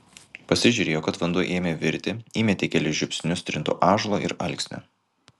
pasižiūrėjo kad vanduo ėmė virti įmetė kelis žiupsnius trinto ąžuolo ir alksnio